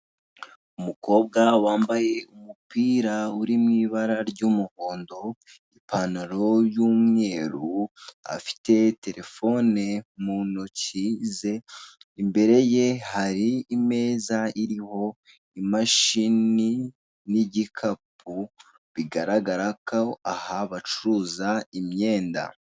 Umukobwa wambaye umupira uri mu ibara ry'umuhondo, ipantaro y'umweru afite terefone mu ntoki ze, imbere ye hari imeza iriho imashini n'igikapu bigaragara ko aha bacuruza imyenda.